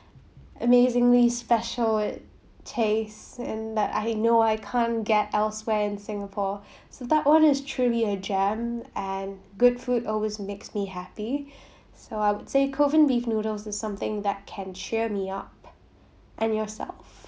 amazingly special it tastes and that ah you know I can't get elsewhere in singapore so that one is truly a gem and good food always makes me happy so I would say kovan beef noodles is something that can cheer me up and yourself